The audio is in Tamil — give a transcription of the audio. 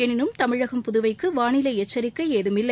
எளினும் தமிழகம் புதுவைக்கு வாளிலை எச்சிக்கை ஏதும் இல்லை